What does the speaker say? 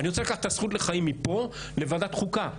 אני רוצה לקחת את הזכות לחיים מפה לוועדת חוקה.